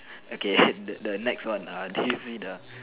okay the the next one do you see the